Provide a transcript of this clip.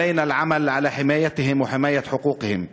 עלינו לפעול להגן עליהם ועל זכויותיהם.